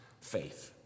faith